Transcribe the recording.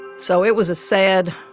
so it was a sad,